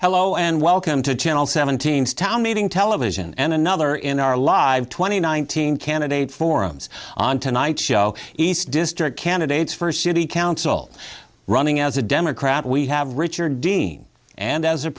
hello and welcome to channel seven teams town meeting television and another in our live twenty nine thousand candidates forums on tonight show east district candidates for city council running as a democrat we have richard dean and as a